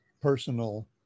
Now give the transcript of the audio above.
personal